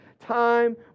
time